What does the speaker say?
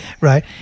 right